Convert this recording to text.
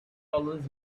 always